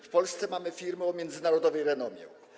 W Polsce mamy firmy o międzynarodowej renomie.